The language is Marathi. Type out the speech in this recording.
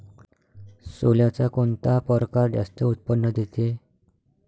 सोल्याचा कोनता परकार जास्त उत्पन्न देते?